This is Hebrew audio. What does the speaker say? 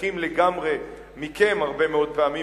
מנותקים לגמרי מכם הרבה מאוד פעמים,